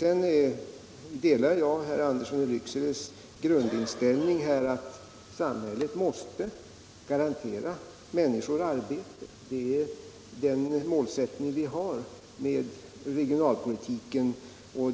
Jag delar herr Anderssons grundinställning att samhället måste garantera människor arbete. Det är den målsättning vi har med regionalpolitiken.